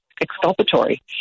exculpatory